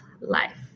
life